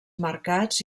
mercats